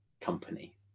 company